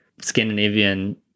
Scandinavian